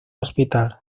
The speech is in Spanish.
hospital